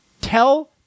Tell